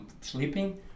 sleeping